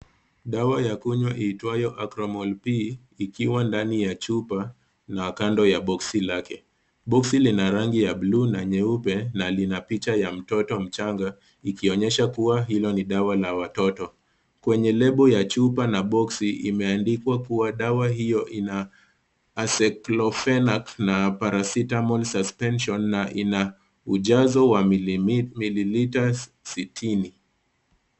Dawa ya kunywa iitwayo acromal p ikiwa ndani ya chupa na kando ya boksi lake ,boksi lina rangi ya buluu na nyeupe na lina picha ya mtoto mchanga ikionyesha kuwa hilo ni dawa la watoto, kwenye lebo ya chupa na boksi imeandikwa kuwa dawa hiyo aseklofenac na paracetamol suspension na ina ujazo wa milimita sitini .